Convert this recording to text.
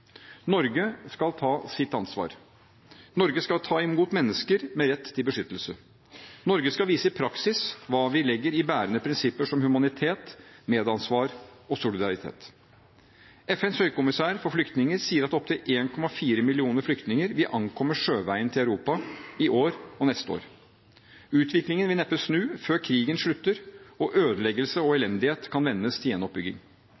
Norge skal ta sitt ansvar. Norge skal ta imot mennesker med rett til beskyttelse. Norge skal vise i praksis hva vi legger i bærende prinsipper som humanitet, medansvar og solidaritet. FNs høykommissær for flyktninger sier at opp til 1,4 millioner flyktninger vil ankomme sjøveien til Europa i år og neste år. Utviklingen vil neppe snu før krigen slutter og ødeleggelse og elendighet kan vendes til gjenoppbygging.